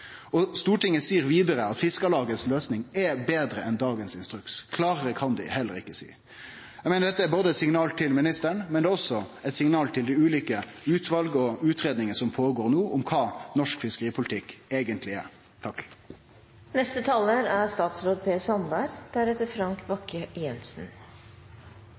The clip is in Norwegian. Stortinget seier vidare at løysinga til Fiskarlaget er betre enn dagens instruks. Klarare kan ein vel ikkje seie det. Eg meiner at dette er både eit signal til ministeren og eit signal til dei ulike utvala og utgreiingane som går føre no, om kva norsk fiskeripolitikk eigentleg er.